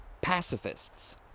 pacifists